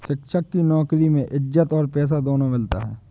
शिक्षक की नौकरी में इज्जत और पैसा दोनों मिलता है